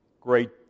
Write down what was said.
great